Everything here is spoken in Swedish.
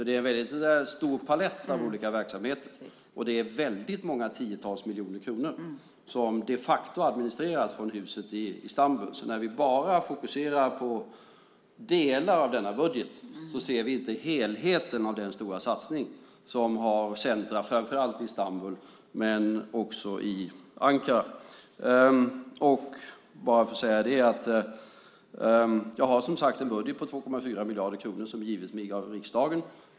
Det är en väldigt stor palett av olika verksamheter. Det är väldigt många tiotals miljoner kronor som de facto administreras från huset i Istanbul. När vi bara fokuserar på delar av denna budget ser vi inte helheten av den stora satsning som har centrum framför allt i Istanbul men också i Ankara. Jag har som sagt en budget på 2,4 miljarder kronor som givits mig av riksdagen.